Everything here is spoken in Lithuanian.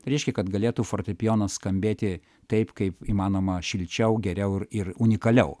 reiškia kad galėtų fortepijonas skambėti taip kaip įmanoma šilčiau geriau ir ir unikaliau